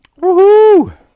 Woohoo